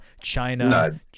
China